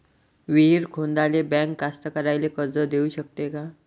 विहीर खोदाले बँक कास्तकाराइले कर्ज देऊ शकते का?